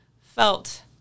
felt